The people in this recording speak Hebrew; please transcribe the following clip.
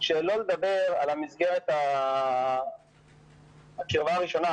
שלא לדבר על המסגרת של השורה הראשונה,